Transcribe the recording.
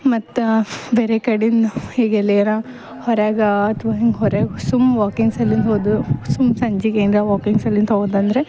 ಮತ್ತು ಬೇರೆ ಕಡಿಂದು ಈಗ ಎಲ್ಲಿಗಾರ ಹೊರಗೆ ಅಥ್ವ ಹಿಂಗೆ ಹೊರಗೆ ಸುಮ್ನೆ ವಾಕಿಂಗ್ ಸಲಿಂದ ಹೋದುವು ಸುಮ್ನೆ ಸಂಜಿಗೆ ಏನರ ವಾಕಿಂಗ್ ಸಲಿಂದ ಹೋದೆ ಅಂದರೆ